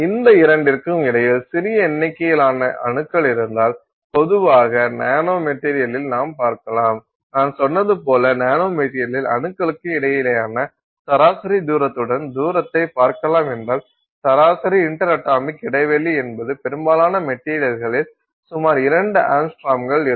இந்த இரண்டிற்கும் இடையில் சிறிய எண்ணிக்கையிலான அணுக்கள் இருந்தால் பொதுவாக நானோ மெட்டீரியலில் நாம் பார்க்கலாம் நான் சொன்னது போல நானோ மெட்டீரியலில் அணுக்களுக்கு இடையேயான சராசரி தூரத்துடன் தூரத்தைப் பார்க்கலாம் என்றால் சராசரி இன்டர் அட்டாமிக் இடைவெளி என்பது பெரும்பாலான மெட்டீரியல்களில் சுமார் 2 ஆங்ஸ்ட்ரோம்கள் இருக்கும்